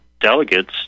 delegates